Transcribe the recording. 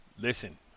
Listen